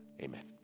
Amen